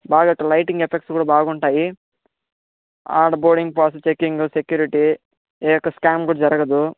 బాగా lighting effects కూడా బాగుంటాయి అక్కడ బోర్డింగ్ పాస్ చెకింగ్ సెక్యూరిటీ ఏ యొక్క స్కాం కూడా జరగదు